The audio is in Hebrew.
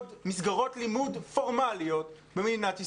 מסגרות לימוד פורמליות במדינת ישראל.